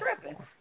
tripping